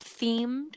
themed